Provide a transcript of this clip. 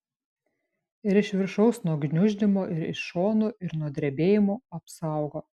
ir iš viršaus nuo gniuždymo ir iš šonų ir nuo drebėjimų apsaugo